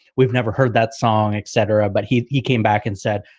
we've never heard that song, etc. but he he came back and said,